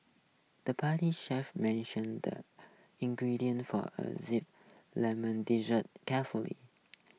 the pastry chef measured the ingredients for a Zesty Lemon Dessert carefully